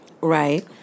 Right